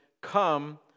come